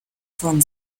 von